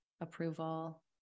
approval